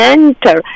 enter